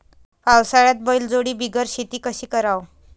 पावसाळ्यात बैलजोडी बिगर शेती कशी कराव?